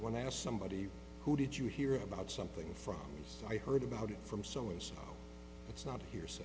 when i asked somebody who did you hear about something from i heard about it from so it's it's not he